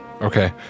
Okay